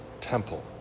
temple